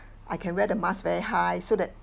I can wear the mask very high so that